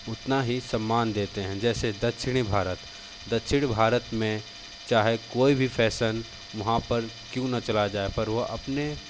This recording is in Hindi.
उतना ही सम्मान देते हैं जैसे दक्षिणी भारत दक्षिणी भारत में चाहे कोई भी फ़ैशन वहाँ पर क्यूँ न चलाया जाए पर वह अपने